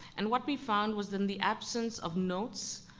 and what we found was in the absence of notes,